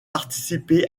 participé